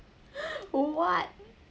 what